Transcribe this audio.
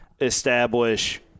establish –